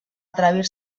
atrevir